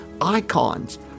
icons